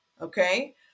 Okay